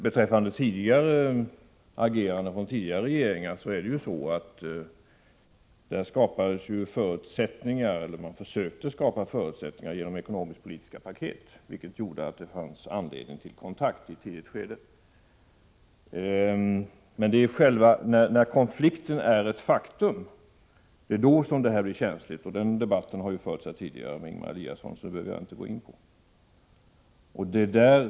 Beträffande tidigare regeringars agerande är att säga att man i det fallet försökte skapa förutsättningar genom ekonomisk-politiska paket, vilket gjorde att det fanns anledning att ta kontakt i ett tidigt skede. Men det är när konflikten blivit ett faktum som ett agerande av det nu aktuella slaget blir känsligt — jag skall emellertid inte gå in på någon debatt om detta nu, eftersom statsministern delvis har fört den debatten tidigare med Ingemar Eliasson.